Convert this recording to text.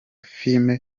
filime